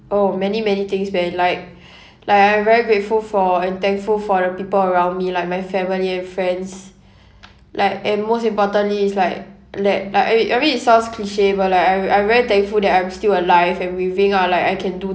oh many many things man like like I'm very grateful for and thankful for the people around me like my family and friends like and most importantly is like and like I me~ I mean it sounds cliche but like I I'm very thankful that I'm still alive and breathing ah like I can do